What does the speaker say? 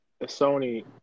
Sony